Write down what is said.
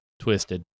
twisted